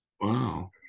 Wow